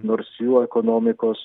nors jų ekonomikos